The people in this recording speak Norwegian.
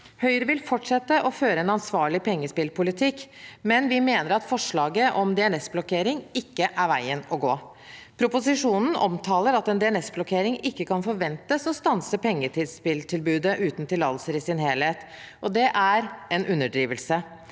Høyre vil fortsette å føre en ansvarlig pengespillpolitikk, men vi mener at forslaget om DNS-blokkering ikke er veien å gå. Proposisjonen omtaler at en DNS-blokkering ikke kan forventes å stanse pengespilltilbudet uten tillatelser i sin helhet. Det er en underdrivelse.